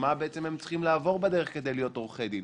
מה בעצם הם צריכים לעבור בדרך כדי להיות עורכי דין.